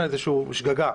בשגגה.